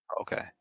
Okay